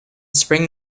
spring